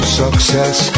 success